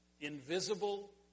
invisible